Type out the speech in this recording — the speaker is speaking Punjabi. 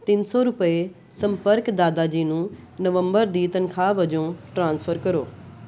ਤਿੰਨ ਸੌ ਰੁਪਏ ਸੰਪਰਕ ਦਾਦਾ ਜੀ ਨੂੰ ਨਵੰਬਰ ਦੀ ਤਨਖਾਹ ਵਜੋਂ ਟ੍ਰਾਂਸਫਰ ਕਰੋ